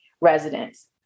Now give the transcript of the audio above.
residents